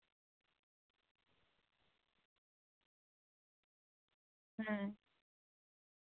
ᱦᱮᱸ